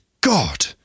God